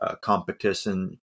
competition